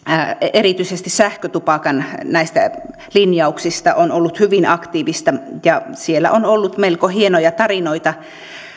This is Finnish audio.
erityisesti sähkötupakan linjauksista on ollut hyvin aktiivista ja siellä on ollut melko hienoja tarinoita